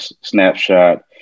snapshot